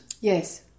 Yes